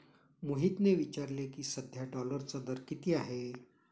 मोहितने विचारले की, सध्या डॉलरचा दर किती आहे?